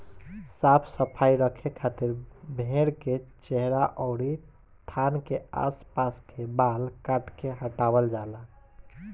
साफ सफाई रखे खातिर भेड़ के चेहरा अउरी थान के आस पास के बाल काट के हटावल जाला